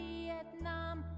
Vietnam